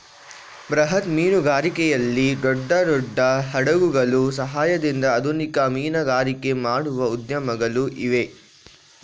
ಬೃಹತ್ ಮೀನುಗಾರಿಕೆಯಲ್ಲಿ ದೊಡ್ಡ ದೊಡ್ಡ ಹಡಗುಗಳ ಸಹಾಯದಿಂದ ಆಧುನಿಕ ಮೀನುಗಾರಿಕೆ ಮಾಡುವ ಉದ್ಯಮಗಳು ಇವೆ